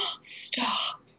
Stop